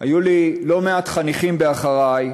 היו לי לא מעט חניכים ב"אחרי",